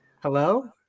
Hello